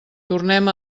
tornem